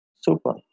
Super